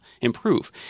improve